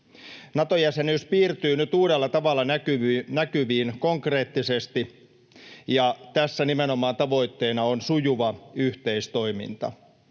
Nato-jäsenyys piirtyy nyt uudella tavalla näkyviin konkreettisesti, ja tässä nimenomaan tavoitteena on sujuva yhteistoiminta.